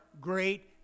great